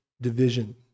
division